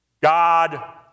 God